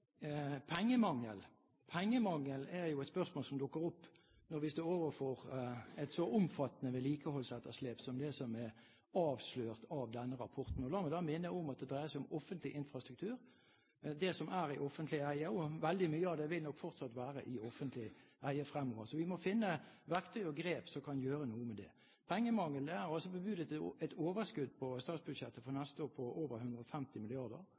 Pengemangel er et spørsmål som dukker opp når vi står overfor et så omfattende vedlikeholdsetterslep som det som er avslørt av denne rapporten. La meg da minne om at det dreier seg om offentlig infrastruktur. Veldig mye av det som er i offentlig eie, vil nok fortsatt være i offentlig eie fremover, så vi må finne verktøy og grep som kan gjøre noe med det. Til pengemangelen: Det er altså bebudet et overskudd på statsbudsjettet for neste år på over 150